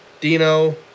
Dino